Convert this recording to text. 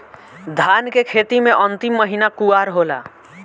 धान के खेती मे अन्तिम महीना कुवार होला?